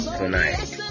tonight